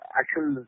actual